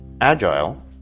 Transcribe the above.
agile